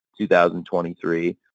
2023